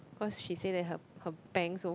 cause she say that her her bank so